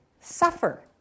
suffer